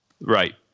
Right